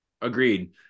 Agreed